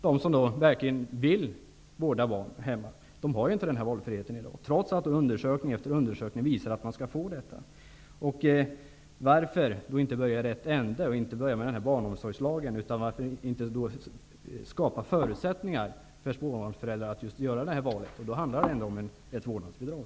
De som verkligen vill vårda barn hemma har inte den valfriheten i dag, trots att undersökning efter undersökning visar att de skall få detta. Varför inte börja i rätt ände då och och inte börja med denna barnomsorgslag? Varför inte skapa förutsättningar för småbarnsföräldrar att göra detta val? Det handlar ändå om ett vårdnadsbidrag.